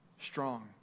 strong